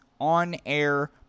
on-air